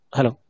Hello